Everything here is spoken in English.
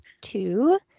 two